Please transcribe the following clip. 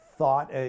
thought